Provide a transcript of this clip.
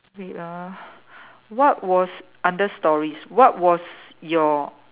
wait ah what was under stories what was your